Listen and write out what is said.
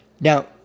Now